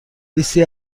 لیستی